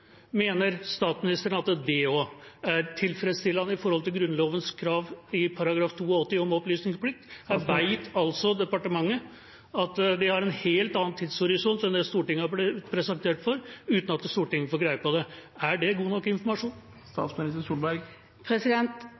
Mener statsministeren at det også er tilfredsstillende med hensyn til Grunnlovens krav om opplysningsplikt i § 82? Her vet altså departementet at de har en helt annen tidshorisont enn den Stortinget er presentert for, uten at Stortinget får greie på det. Er det god nok informasjon?